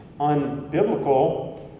unbiblical